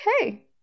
okay